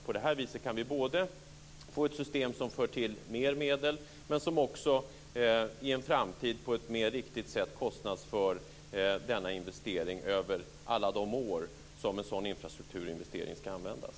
På det här viset kan vi få ett system som för till mer medel, men som också i en framtid på ett mer riktigt sätt kostnadsför denna investering över alla de år som en sådan infrastrukturinvestering ska användas.